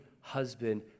husband